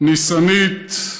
ניסנית,